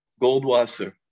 goldwasser